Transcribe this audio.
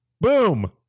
boom